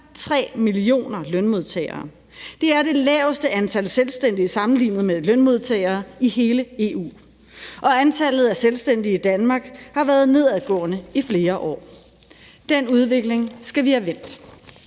3 millioner lønmodtagere. Det er det laveste antal selvstændige sammenlignet med lønmodtagere i hele EU, og antallet af selvstændige i Danmark har været nedadgående i flere år. Den udvikling skal vi have vendt.